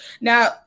Now